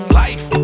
life